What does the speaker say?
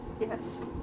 yes